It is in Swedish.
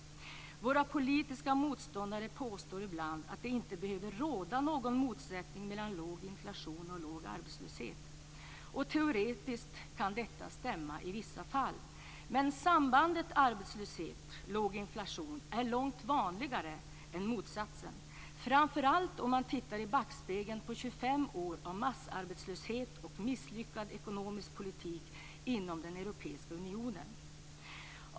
Våra politiska motståndare påstår ibland att det inte behöver råda någon motsättning mellan låg inflation och låg arbetslöshet. Teoretiskt kan detta stämma i vissa fall. Men sambandet mellan arbetslöshet och låg inflation är långt vanligare än motsatsen, framför allt om man tittar i backspegeln på 25 år av massarbetslöshet och misslyckad ekonomisk politik inom den europeiska unionen.